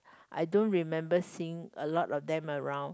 I don't remember seeing a lot of them around